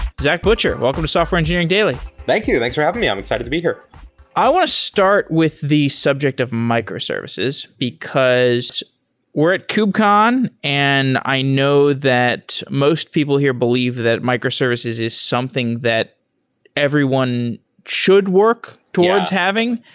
zach butcher, welcome to software engineering daily thank you. thanks for having me. i'm excited to be here i want to start with the subject of microservices, because we're at kubecon, and i know that most people here believe that microservices is something that everyone should work towards having.